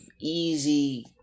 easy